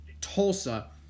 Tulsa